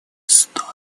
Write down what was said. истории